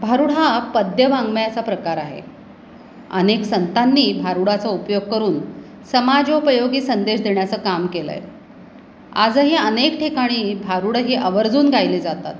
भारूड हा पद्य वाङमयाचा प्रकार आहे अनेक संतांनी भारूडाचा उपयोग करून समाजोपयोगी संदेश देण्याचं काम केलं आहे आजही अनेक ठिकाणी भारूडं ही आवर्जून गायली जातात